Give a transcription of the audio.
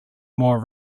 more